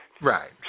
Right